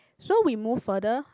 so we move further